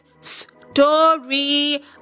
story